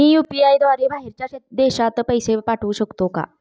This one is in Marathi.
मी यु.पी.आय द्वारे बाहेरच्या देशात पैसे पाठवू शकतो का?